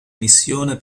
missione